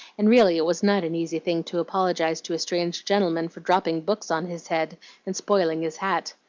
and really it was not an easy thing to apologize to a strange gentle-man for dropping books on his head and spoiling his hat.